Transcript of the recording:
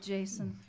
Jason